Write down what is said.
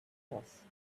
horse